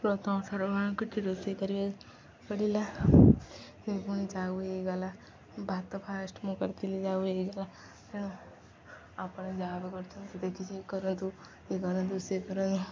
ପ୍ରଥମ ରୋଷେଇ କରିବା ପଡ଼ିଲା ସେ ପୁଣି ଯାଉ ହୋଇଗଲା ଭାତ ଫାଷ୍ଟ ମୁଁ କରିଥିଲି ଯାଉ ହୋଇଗଲା ତେଣୁ ଆପଣ ଯାହା ବି କରି ଦେଖିକି କରନ୍ତୁ ଏ କରନ୍ତୁ ସେ କରନ୍ତୁ